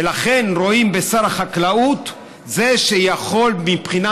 ולכן רואים בשר החקלאות זה שיכול מבחינה